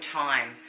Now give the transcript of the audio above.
time